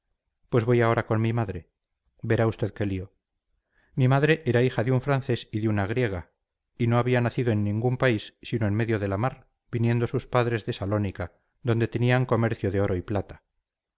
pues voy ahora con mi madre verá usted qué lío mi madre era hija de un francés y de una griega y no había nacido en ningún país sino en medio de la mar viniendo sus padres de salónica donde tenían comercio de oro y plata